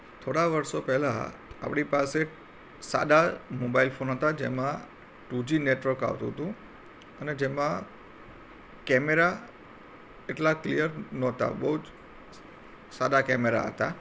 થોડા વર્ષો પહેલાં આપણી પાસે સાદા મોબાઈલ ફોન હતા જેમાં ટુજી નેટવર્ક આવતું તું અને જેમાં કેમેરા એટલા ક્લિયર નહોતા બહુ જ સાદા કેમેરા હતા